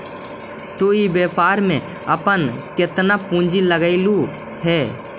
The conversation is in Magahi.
तु इ व्यापार में अपन केतना पूंजी लगएलहुं हे?